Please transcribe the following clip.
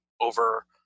over